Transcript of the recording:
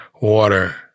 water